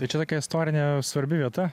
tai čia tokia istorinė svarbi vieta